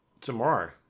tomorrow